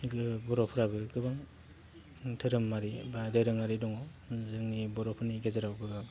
बर'फोराबो गोबां धोरोमारि बा दोरोङारि दङ जोंनि बर'फोरनि गेजेरावबो